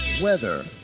Weather